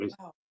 Wow